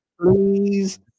Please